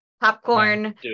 popcorn